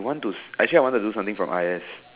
want to actually I wanted to do something from I_S